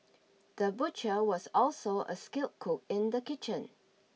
the butcher was also a skilled cook in the kitchen